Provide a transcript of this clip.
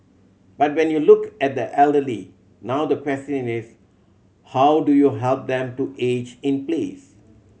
but when you look at the elderly now the question is how do you help them to age in place